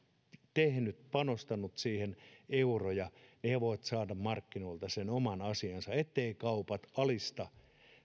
tehnyt ja panostanut siihen euroja voi saada markkinoilta sen oman asiansa etteivät kaupat alista